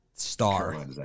Star